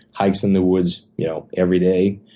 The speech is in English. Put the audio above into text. hikes in the woods you know every day.